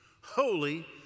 holy